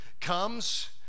comes